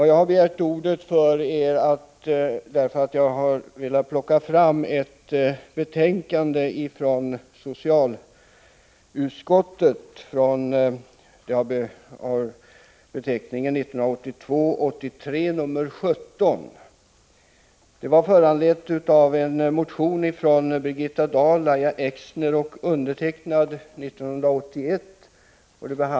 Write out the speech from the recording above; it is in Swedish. Jag begärde ordet för att nämna något om betänkande 1982/83:17 från socialutskottet. Det föranleddes av en motion från Birgitta Dahl, Lahja Exner och mig 1981.